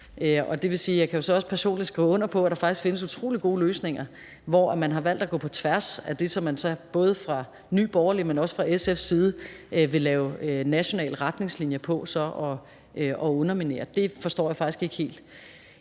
og det vil sige, at jeg også personligt kan skrive under på, at der faktisk findes utrolig gode løsninger, hvor man har valgt at gå på tværs af det, som man både fra Nye Borgerliges side, men også fra SF's side vil lave nationale retningslinjer på så at underminere. Det forstår jeg faktisk ikke helt.